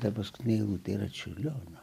ta paskutinė eilutė yra čiurlionio